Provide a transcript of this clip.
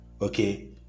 okay